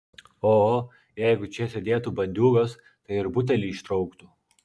oho jeigu čia sėdėtų bandiūgos tai ir butelį ištrauktų